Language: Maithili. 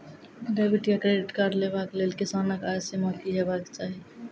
डेबिट या क्रेडिट कार्ड लेवाक लेल किसानक आय सीमा की हेवाक चाही?